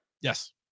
Yes